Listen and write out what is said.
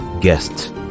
guests